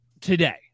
today